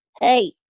hey